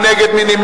מי נגד?